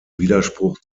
widerspruch